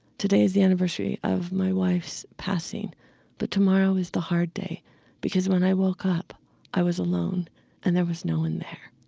today is the anniversary of my wife's passing but tomorrow is the hard day because when i woke up i was alone and there was no one there.